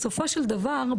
בסופו של דבר,